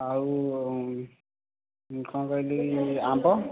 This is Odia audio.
ଆଉ କ'ଣ କହିଲି ଆମ୍ବ